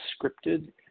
scripted